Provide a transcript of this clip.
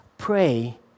pray